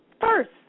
First